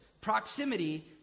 Proximity